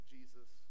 Jesus